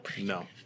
No